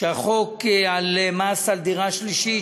שהחוק על מס על דירה שלישית,